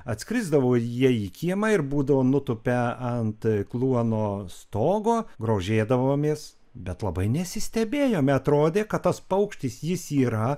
atskrisdavo jie jį kiemą ir būdavo nutupia ant kluono stogo grožėdavomės bet labai nesistebėjome atrodė kad tas paukštis jis yra